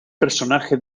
personaje